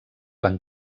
van